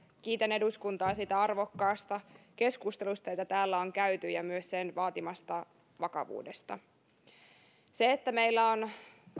kiitän eduskuntaa siitä arvokkaasta keskustelusta jota täällä on käyty ja myös sen vaatimasta vakavuudesta siksi että meillä on